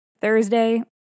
Thursday